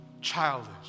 Childish